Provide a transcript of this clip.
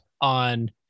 on